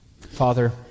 Father